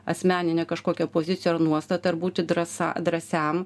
asmeninė kažkokia pozicija ar nuostata ar būti drąsa drąsiam